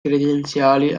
credenziali